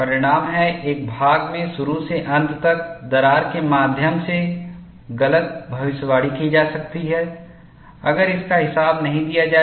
परिणाम है एक भाग में शुरू से अंत तक दरार के माध्यम से गलत भविष्यवाणी की जा सकती है अगर इसका हिसाब नहीं दिया जाए